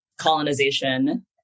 colonization